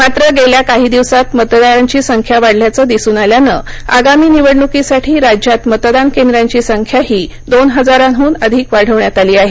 मात्र गेल्या काही दिवसात मतदारांची संख्या वाढल्याचं दिसून आल्यानं आगामी निवडणुकीसाठी राज्यात मतदान केंद्रांची संख्याही दोन हजारांहून अधिक वाढवण्यात आली आहे